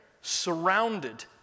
surrounded